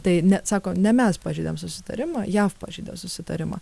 tai net sako ne mes pažeidėm susitarimą jav pažeidė susitarimą